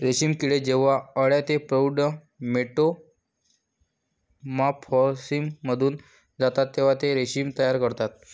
रेशीम किडे जेव्हा अळ्या ते प्रौढ मेटामॉर्फोसिसमधून जातात तेव्हा ते रेशीम तयार करतात